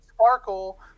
Sparkle